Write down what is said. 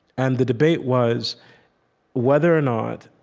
and the debate was whether or not,